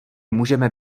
můžeme